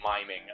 Miming